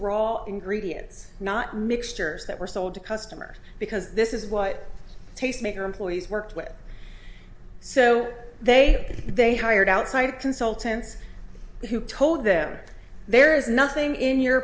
raul ingredients not mixtures that were sold to customers because this is what tastemaker employees worked with so they they hired outside consultants who told them there is nothing in your